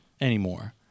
anymore